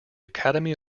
academy